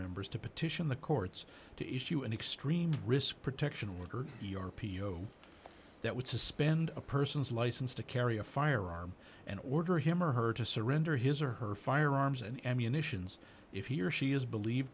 members to petition the courts to issue an extreme risk protection worker the r p o that would suspend a person's license to carry a firearm and order him or her to surrender his or her firearms and ammunitions if he or she is believed